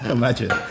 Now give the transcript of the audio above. imagine